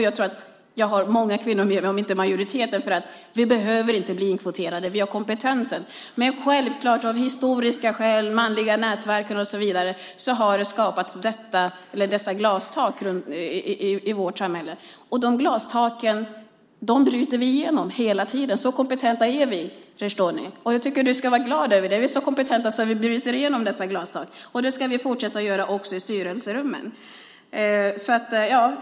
Jag tror att jag har många kvinnor - om inte majoriteten - med mig. Vi behöver inte bli inkvoterade. Vi har kompetensen. Men självfallet finns det historiska skäl. På grund av de manliga nätverken och så vidare har det skapats glastak runt om i vårt samhälle. Vi bryter igenom de glastaken hela tiden. Så kompetenta är vi, Reshdouni! Jag tycker att du ska vara glad över det. Vi är så kompetenta att vi bryter igenom glastaken, och det ska vi fortsätta att göra också i styrelserummen.